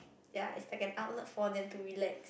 ya it's like an outlet for them to relax